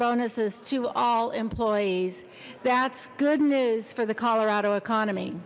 bonuses to all employees that's good news for the colorado economy